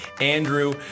Andrew